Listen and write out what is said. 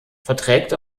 verträgt